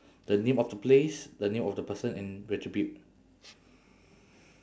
the name of the place the name of the person and the tribute